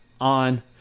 on